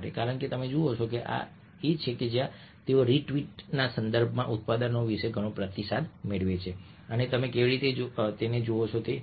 કારણ કે તમે જુઓ છો કે આ તે છે જ્યાં તેઓ રીટ્વીટ ના સંદર્ભમાં ઉત્પાદનો વિશે ઘણો પ્રતિસાદ મેળવે છે તેઓ કેવી રીતે જોવામાં આવે છે